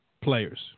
players